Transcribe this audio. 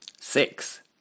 Six